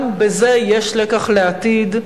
גם בזה יש לקח לעתיד,